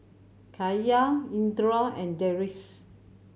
Cahaya Indra and Deris